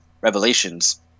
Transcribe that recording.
Revelations